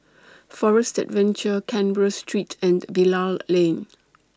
Forest Adventure Canberra Street and Bilal Lane